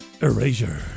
Erasure